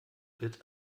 wird